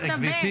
גברתי,